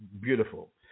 Beautiful